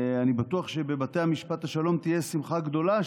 אני בטוח שבבתי המשפט השלום תהיה שמחה גדולה,